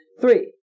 Three